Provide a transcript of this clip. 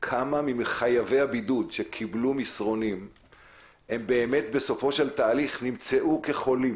כמה מחייבי הבידוד שקיבלו מסרונים בסופו של דבר נמצאו כחולים.